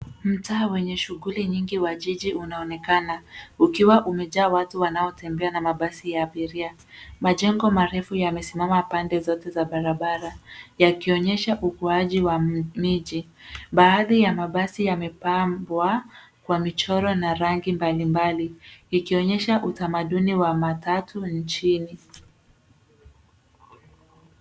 Mtaa wenye shuguli nyingi ya jiji unaonekana ukiwa umejaa watu wanaotembea na mabasi ya abiria. Majengo marefu yamesimama pande zote za barabara yakionyesha ukuaji ya miji. Baadhi ya mabasi yamepambwa kwa michoro na rangi mbalimbali ikionyesha utamaduni wa matatu nchini.